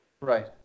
Right